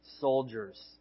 soldiers